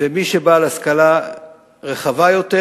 ומי שהוא בעל השכלה רחבה יותר,